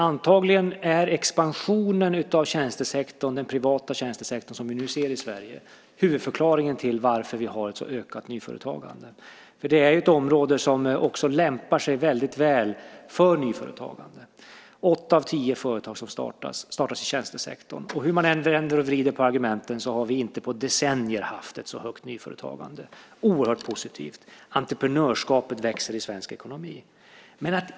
Antagligen är expansionen av den privata tjänstesektorn som vi nu ser i Sverige huvudförklaringen till varför vi har ett ökat nyföretagande. Det är ett område som lämpar sig väldigt väl för nyföretagande. Åtta av tio företag som startas, startas i tjänstesektorn. Hur man än vänder och vrider på argumenten har vi inte på decennier haft ett så högt nyföretagande. Det är oerhört positivt. Entreprenörskapet växer i svensk ekonomi.